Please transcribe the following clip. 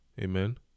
amen